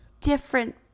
different